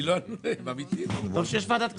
טוב שיש ועדת כספים,